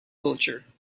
culture